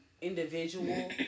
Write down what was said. individual